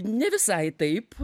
ne visai taip